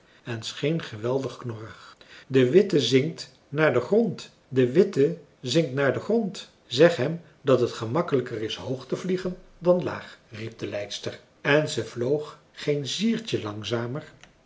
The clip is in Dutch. en scheen geweldig knorrig de witte zinkt naar den grond de witte zinkt naar den grond zeg hem dat het gemakkelijker is hoog te vliegen dan laag riep de leidster en ze vloog geen ziertje langzamer